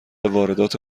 واردات